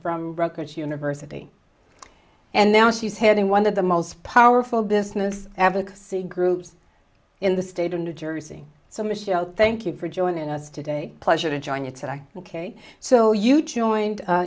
to university and now she's heading one of the most powerful business advocacy groups in the state of new jersey so michelle thank you for joining us today pleasure to join you today ok so you joined